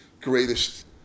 greatest